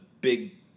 big